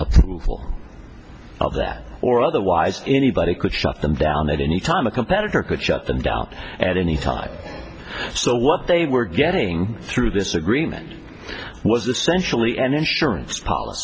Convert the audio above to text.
that or otherwise anybody could shut them down at any time a competitor could shut them down at any time so what they were getting through this agreement was essentially an insurance policy